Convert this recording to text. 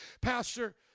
Pastor